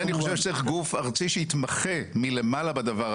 לכן אני חושב שגוף ארצי שיתמחה מלמעלה בדבר הזה,